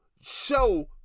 show